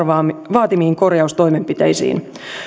vaatimiin korjaustoimenpiteisiin